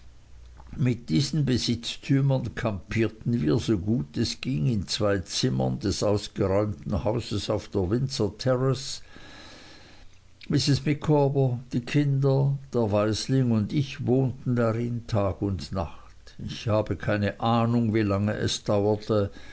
mit diesen besitztümern kampierten wir so gut es ging in zwei zimmern des ausgeräumten hauses auf der windsor terrasse mrs micawber die kinder der waisling und ich wohnten darin tag und nacht ich habe keine ahnung wie lange es dauerte